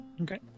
Okay